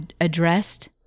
addressed